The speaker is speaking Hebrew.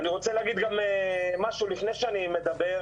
אני רוצה להגיד גם משהו לפני שאני מדבר,